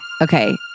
Okay